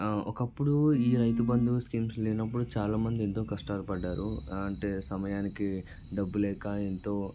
ఒకప్పుడు ఈ రైతుబంధు స్కీమ్స్ లేనప్పుడు చాలా మంది ఎంతో కష్టాలు పడ్డారు ఆ అంటే సమయానికి డబ్బులేక ఎంతో